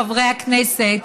חברי הכנסת,